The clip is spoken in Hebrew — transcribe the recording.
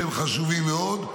שהם חשובים מאוד,